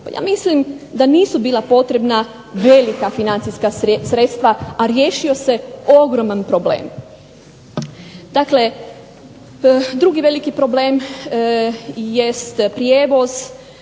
ja mislim da nisu bila potrebna velika financijska sredstva, a riješio se ogroman problem. Dakle, drugi veliki problem jest prijevoz.